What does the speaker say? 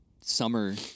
summer